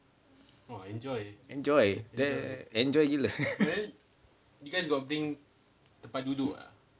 enjoy the enjoy